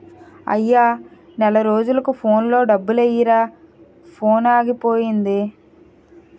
అయ్యా నెల రోజులకు ఫోన్లో డబ్బులెయ్యిరా ఫోనాగిపోయింది